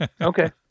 Okay